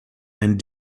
and